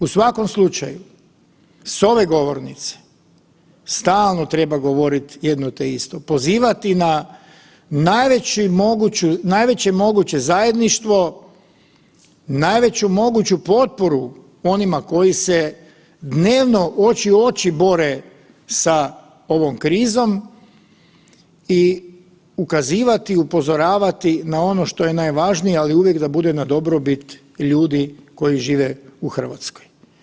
U svakom slučaju s ove govornice stalno treba govorit jedno te isto, pozivati na najveće moguće zajedništvo, najveću moguću potporu onima koji se dnevno oči u oči bore sa ovom krizom i ukazivati i upozoravati na ono što je najvažnije, ali uvijek da bude na dobrobit ljudi koji žive u RH.